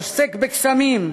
עוסק בקסמים,